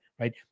right